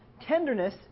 tenderness